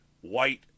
White